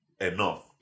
enough